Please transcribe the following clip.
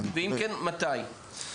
ואם כן מתי?